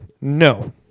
No